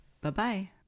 Bye-bye